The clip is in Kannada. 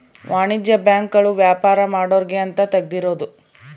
ವಾಣಿಜ್ಯ ಬ್ಯಾಂಕ್ ಗಳು ವ್ಯಾಪಾರ ಮಾಡೊರ್ಗೆ ಅಂತ ತೆಗ್ದಿರೋದು